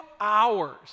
hours